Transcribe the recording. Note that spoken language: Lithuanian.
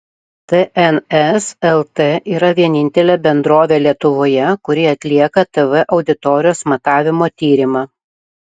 tns lt yra vienintelė bendrovė lietuvoje kuri atlieka tv auditorijos matavimo tyrimą